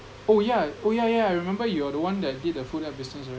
oh yeah oh yeah yeah yeah I remember you are the one that did the food app business right